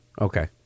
Okay